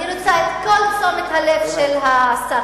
אני רוצה את כל תשומת הלב של השר,